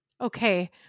Okay